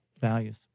values